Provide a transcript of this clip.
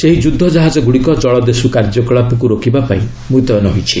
ସେହି ଯୁଦ୍ଧ କାହାଜଗୁଡ଼ିକ ଜଳଦସ୍ୟୁ କାର୍ଯ୍ୟକଳାପକୁ ରୋକିବା ପାଇଁ ମୁତୟନ ହୋଇଛି